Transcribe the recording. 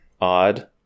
odd